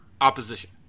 opposition